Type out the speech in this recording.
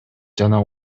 жана